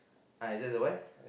I just the one